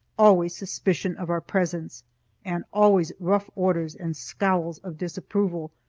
always suspicion of our presence and always rough orders and scowls of disapproval,